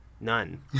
none